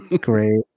Great